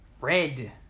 red